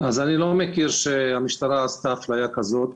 אז אני לא מכיר שהמשטרה עשתה אפליה כזאת.